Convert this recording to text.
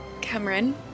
Cameron